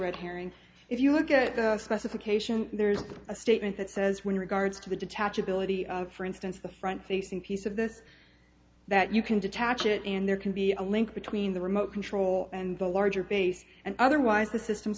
red herring if you look at the specification there's a statement that says when regards to the detach ability for instance the front facing piece of this that you can detach it and there can be a link between the remote control and the larger base and otherwise the system